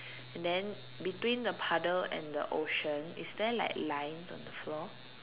and then between the puddle and the ocean is there like lines on the floor